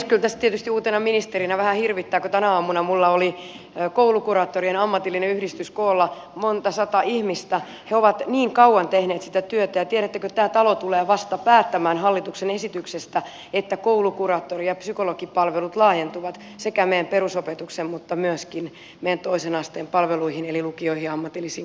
kyllä tässä tietysti uutena ministerinä vähän hirvittää kun tänä aamuna minulla oli koulukuraattorien ammatillinen yhdistys koolla monta sataa ihmistä he ovat niin kauan tehneet sitä työtä ja tiedättekö että tämä talo tulee vasta päättämään hallituksen esityksestä että koulukuraattori ja psykologipalvelut laajentuvat sekä meidän perusopetukseen mutta myöskin meidän toisen asteen palveluihin eli lukioihin ja ammatillisiin kouluihin